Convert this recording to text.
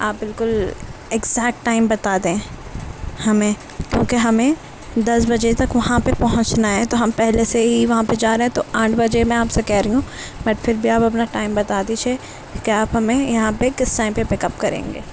آپ بالکل exact time بتا دیں ہمیں کیونکہ ہمیں دس بجے تک وہاں پہ پہونچنا ہے تو ہم پہلے سے ہی وہاں پہ جا رہے ہیں تو آٹھ بجے میں آپ سے کہہ رہی ہوں بٹ پھر بھی آپ اپنا ٹائم بتا دیجئے کہ آپ ہمیں یہاں پہ کس ٹائم پہ پک اپ کریں گے